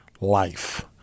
life